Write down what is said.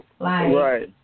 Right